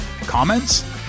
Comments